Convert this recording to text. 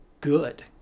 Good